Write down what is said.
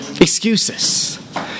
Excuses